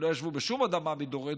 לא ישבו בשום אדמה מדורי-דורות,